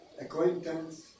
acquaintance